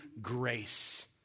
grace